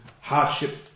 hardship